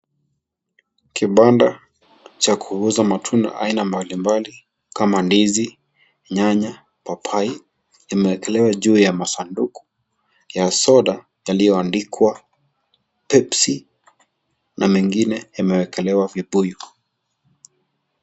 Kibanda cha kuuza matunda ya aina mbalimbali kama ndizi, nyanya, papai, imewekelewa juu ya masanduku ya soda iliyoandikwa Pepsi, na mengine yamewekelewa kibuyu.